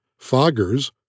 Foggers